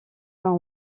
peint